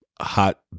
hot